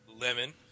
Lemon